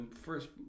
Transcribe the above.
first